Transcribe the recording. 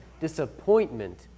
disappointment